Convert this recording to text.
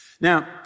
Now